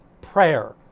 prayer